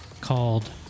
called